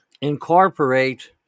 incorporate